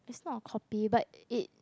it's not a copy but it